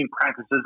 practices